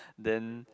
then